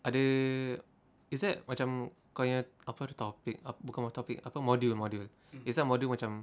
ada is that macam kau nya topic bukan topic apa module module is that module macam